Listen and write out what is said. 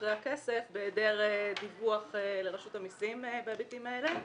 אחרי הכסף בהיעדר דיווח לרשות המיסים בהיבטים האלה.